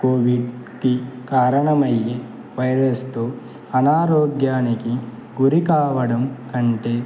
కోవిడ్కి కారణమయ్యే వైరస్తో అనారోగ్యానికి గురి కావడంకంటే